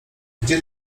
gdzie